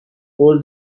قول